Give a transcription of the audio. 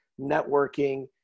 networking